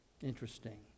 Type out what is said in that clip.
interesting